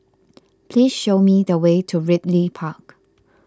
please show me the way to Ridley Park